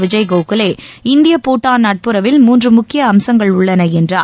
விஜய் கோகலே இந்திய பூட்டான் நட்புறவில் மூன்று முக்கிய அம்சங்கள் உள்ளன என்றார்